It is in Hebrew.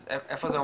אז איפה זה עומד?